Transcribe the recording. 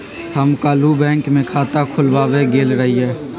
हम काल्हु बैंक में खता खोलबाबे गेल रहियइ